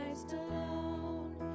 alone